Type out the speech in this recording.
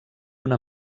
una